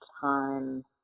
time